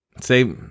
say